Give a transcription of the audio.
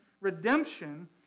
redemption